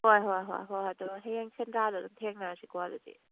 ꯍꯣꯏꯍꯣꯏꯍꯣꯏ ꯑꯗꯨ ꯍꯌꯦꯡ ꯁꯦꯟꯗ꯭ꯔꯥꯗꯣ ꯑꯗꯨꯗ ꯊꯦꯡꯅꯔꯁꯦꯀꯣ ꯑꯗꯨꯗꯤ